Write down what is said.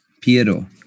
Piero